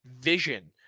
vision